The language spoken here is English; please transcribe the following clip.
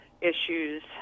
issues